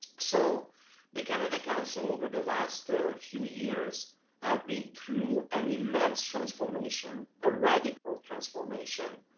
so the canada council over the last few years have been through an immense transformation, a radical transformation,